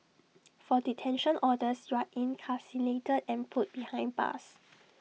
for detention orders you're incarcerated and put behind bars